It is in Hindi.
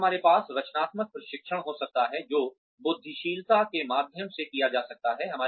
और हमारे पास रचनात्मकता प्रशिक्षण creativity training हो सकता है जो बुद्धिशीलता के माध्यम से किया जा सकता है